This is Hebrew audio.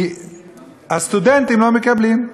כי הסטודנטים לא מקבלים.